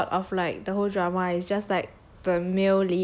so like the plot of like the whole drama is just like